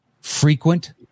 Frequent